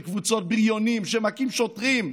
של קבוצות בריונים שמכים שוטרים,